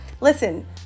Listen